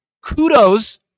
kudos